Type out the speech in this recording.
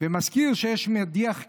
ומזכיר שיש מדיח כלים.